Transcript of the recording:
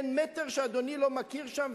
אין מטר שאדוני לא מכיר שם,